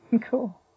Cool